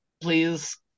please